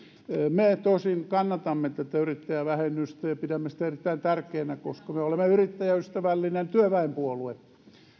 me tosin kannatamme tätä yrittäjävähennystä ja pidämme sitä erittäin tärkeänä koska me olemme yrittäjäystävällinen työväenpuolue